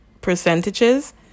percentages